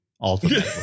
Ultimately